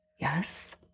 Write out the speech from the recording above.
Yes